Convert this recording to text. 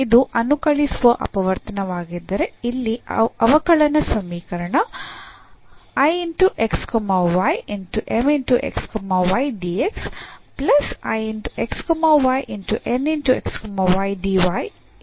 ಇದು ಅನುಕಲಿಸುವ ಅಪವರ್ತನವಾಗಿದ್ದರೆ ಇಲ್ಲಿ ಅವಕಲನ ಸಮೀಕರಣ ನಿಖರವಾಗುತ್ತದೆ